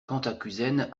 cantacuzène